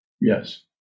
Yes